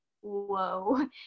whoa